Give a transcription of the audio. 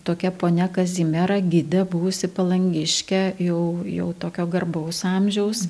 tokia ponia kazimiera gidė buvusi palangiškė jau jau tokio garbaus amžiaus